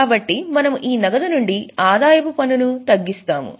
కాబట్టి మనము ఈ నగదు నుండి ఆదాయపు పన్నును తగ్గిస్తాము